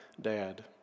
dad